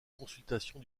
consultation